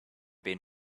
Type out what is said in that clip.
been